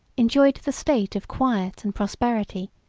enjoyed the state of quiet and prosperity,